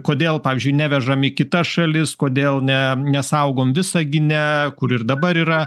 kodėl pavyzdžiui nevežam į kitas šalis kodėl ne nesaugom visagine kur ir dabar yra